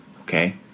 Okay